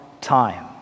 time